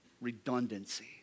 redundancy